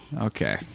Okay